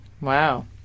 Wow